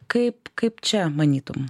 kaip kaip čia manytum